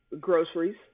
groceries